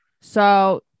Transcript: So-